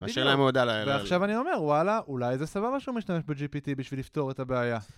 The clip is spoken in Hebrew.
ועכשיו אני אומר וואלה, אולי זה סבבה שהוא משתמש ב-GPT בשביל לפתור את הבעיה